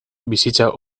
bizitza